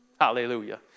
hallelujah